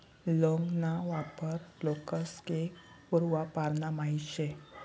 लौंग ना वापर लोकेस्ले पूर्वापारना माहित शे